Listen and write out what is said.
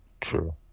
True